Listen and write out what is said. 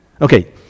Okay